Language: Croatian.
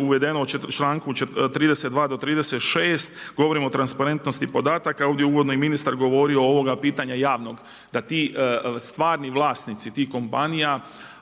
uvedeno je u članku 32. do 36. govorim o transparentnosti podataka, ovdje je uvodno i ministar govorio pitanje javnog, da stvari vlasnici tih kompanija,